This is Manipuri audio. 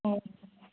ꯎꯝ